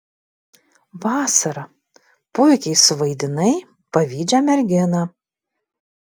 vasara puikiai suvaidinai pavydžią merginą